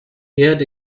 reared